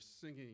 singing